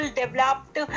developed